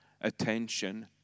attention